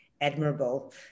admirable